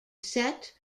set